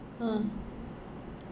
ah